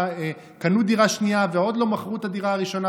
קנו דירה שנייה ועוד לא מכרו את הדירה הראשונה,